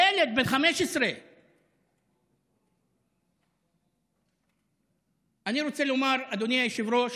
ילד בן 15. אני רוצה לומר, אדוני היושב-ראש: